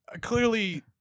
Clearly